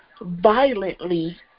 violently